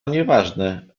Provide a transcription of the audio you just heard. nieważne